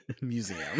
Museum